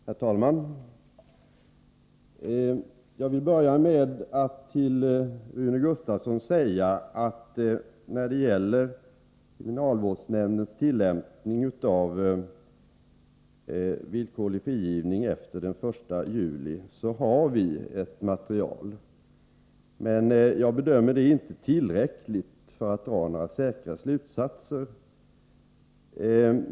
Herr talman! Jag vill börja med att säga några ord till Rune Gustavsson. När det gäller kriminalvårdsnämndens tillämpning av villkorlig frigivning efter den 1 juli har vi ett material, men jag bedömer det inte som tillräckligt för att dra några säkra slutsatser.